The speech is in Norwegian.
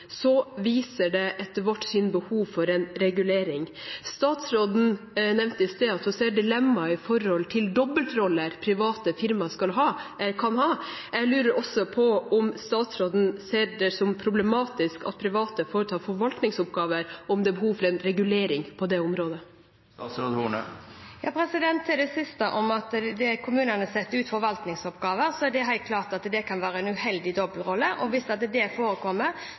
viser det etter vårt syn behov for en regulering. Statsråden nevnte i sted at hun ser dilemmaet med at private firmaer kan ha dobbeltroller. Jeg lurer også på om statsråden ser det som problematisk at private foretar forvaltningsoppgaver – om det er behov for en regulering på det området. Til det siste om at kommunene setter ut forvaltningsoppgaver: Det helt klart at det kan være en uheldig dobbeltrolle. Og hvis det forekommer, skal vi se på om det må tydeliggjøres at det